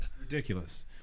Ridiculous